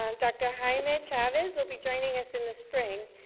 um dr. jaime chavez will be joining us in the spring.